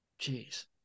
jeez